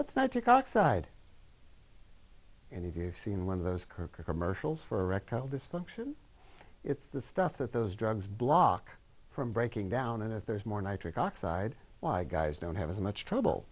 let's not take oxide and if you've seen one of those kircher commercials for erectile dysfunction it's the stuff that those drugs block from breaking down and if there's more nitric oxide why guys don't have as much trouble